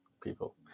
people